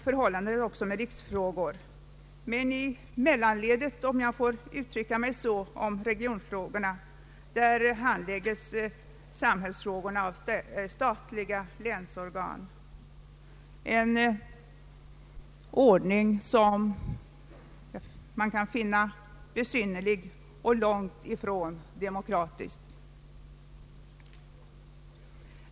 Förhållandet är ju detsamma med riksfrågor, men i mellanledet, om jag får uttrycka mig så beträffande regionfrågorna, handlägges samhällsfrågorna av statliga länsorgan, en ordning som man kan finna besynnerlig och långt ifrån demokratisk.